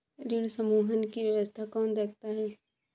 ऋण समूहन की व्यवस्था कौन देखता है?